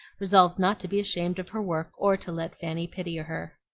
resolved not to be ashamed of her work or to let fanny pity her.